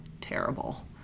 terrible